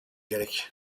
gerek